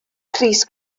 crys